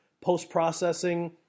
post-processing